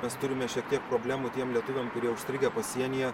mes turime šiek tiek problemų tiem lietuviam kurie užstrigę pasienyje